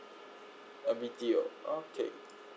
a B_T_O okay